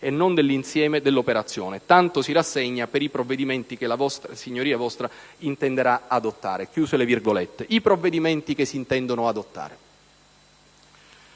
e non dell'insieme dell'operazione. Tanto si rassegna per i provvedimenti che la Signoria Vostra intenderà adottare». Chiuse le virgolette. Per quanto riguarda i provvedimenti che si intendono adottare,